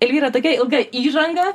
elvyra tokia ilga įžanga